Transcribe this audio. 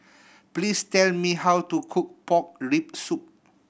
please tell me how to cook pork rib soup